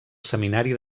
seminari